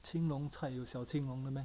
青龙菜有小青龙的 meh